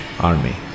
army